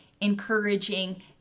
encouraging